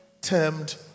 termed